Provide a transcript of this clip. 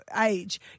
age